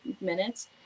minutes